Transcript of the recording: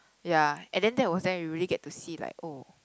ya and then that was when we really get to see like oh